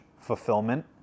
fulfillment